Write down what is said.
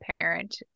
parent